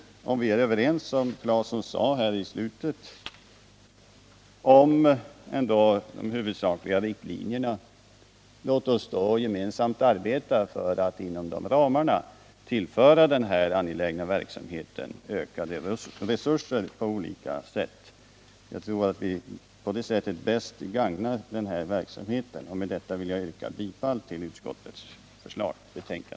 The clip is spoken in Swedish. Om vi är överens om vad Tore Claeson sade om de huvudsakliga riktlinjerna i slutet av sitt anförande, låt oss då i stället gemensamt arbeta för att på olika sätt inom de ramarna tillföra denna angelägna verksamhet ökade resurser. Jag tror att vi därigenom bäst gagnar verksamheten. Med detta vill jag yrka bifall till utskottets hemställan.